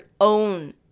own